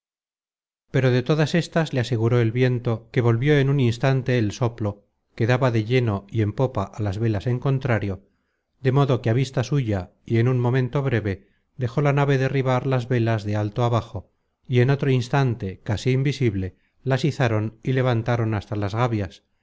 pero de todas estas le aseguró el viento que volvió en un instante el soplo que daba de lleno y en popa á las velas en contrario de modo que á vista suya y en un momento breve dejó la nave derribar las velas de alto abajo y en otro instante casi invisible las izaron y levantaron hasta las gavias